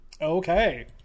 Okay